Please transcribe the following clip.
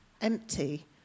empty